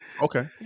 Okay